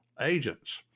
agents